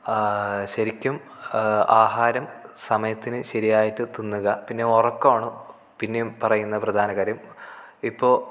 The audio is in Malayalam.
ശരിക്കും ആഹാരം സമയത്തിനു ശരിയായിട്ടു തിന്നുക പിന്നെ ഉറക്കമാണ് പിന്നെയും പറയുന്ന പ്രധാന കാര്യം ഇപ്പോൾ